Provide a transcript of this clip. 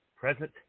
Present